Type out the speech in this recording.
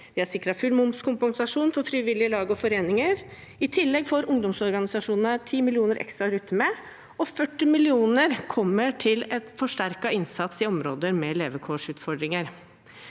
Vi har sikret full momskompensasjon for frivillige lag og foreninger. I tillegg får ungdomsorganisasjonene 10 mill. kr ekstra å rutte med, og 40 mill. kr kommer til forsterket innsats i områder med levekårsutfordringer.